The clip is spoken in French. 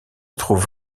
trouve